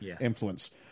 influence